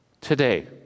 today